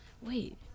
wait